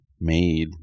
made